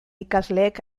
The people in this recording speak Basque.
ikasleek